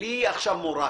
בלי עכשיו מור"קים.